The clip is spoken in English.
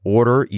Order